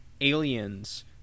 aliens